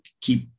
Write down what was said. keep